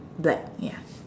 right ya